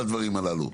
על הדברים הללו.